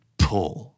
pull